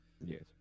Yes